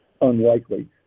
unlikely